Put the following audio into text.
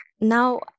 now